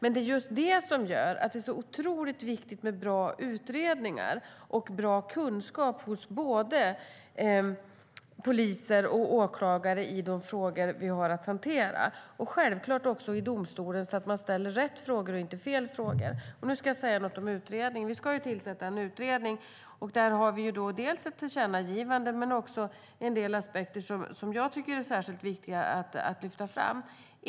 Det är just det som gör att det är otroligt viktigt med bra utredningar och bra kunskap hos både polis och åklagare i de frågor vi har att hantera, liksom självklart också i domstolen så att man ställer rätt frågor och inte fel frågor. Vi ska tillsätta en utredning. Där har vi dels ett tillkännagivande, dels en del aspekter som jag tycker är särskilt viktiga att lyfta fram.